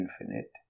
infinite